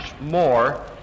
more